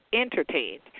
entertained